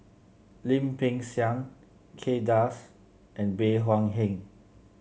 Lim Peng Siang Kay Das and Bey Hua Heng